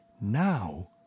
Now